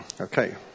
Okay